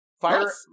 Fire